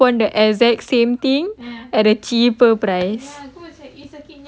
and then you chance upon the exact same thing at a cheaper price